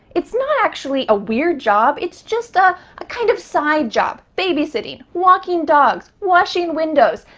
it's not actually a weird job. it's just ah a kind of side job. babysitting, walking dogs, washing windows.